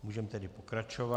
Můžeme tedy pokračovat.